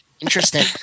Interesting